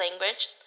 language